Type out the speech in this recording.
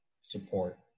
support